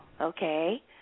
okay